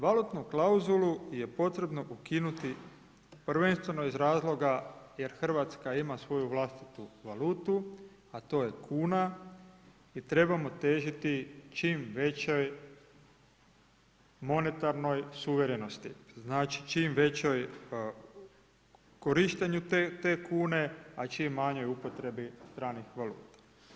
Valutnu klauzulu je potrebno ukinuti prvenstveno iz razloga jer RH ima svoju vlastitu valutu, a to je kuna i trebamo težiti čim većoj monetarnoj suverenosti, znači, čim većoj korištenju te kune, a čim manjoj upotrebi stranih valuta.